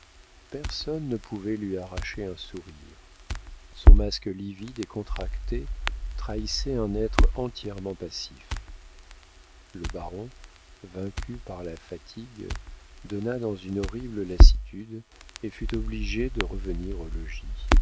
personne ne pouvait lui arracher un sourire son masque livide et contracté trahissait un être entièrement passif le baron vaincu par la fatigue tomba dans une horrible lassitude et fut obligé de revenir au